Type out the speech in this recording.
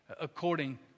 according